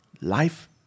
Life